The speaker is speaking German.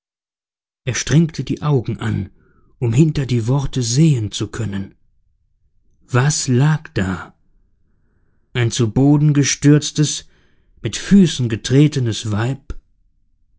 er strengte die augen an um hinter die worte sehen zu können was lag da ein zu boden gestürztes mit füßen getretenes weib